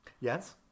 Yes